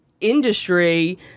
industry